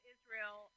Israel